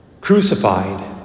crucified